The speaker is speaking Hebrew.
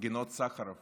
גינות סחרוב